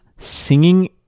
singing